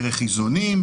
דרך איזונים.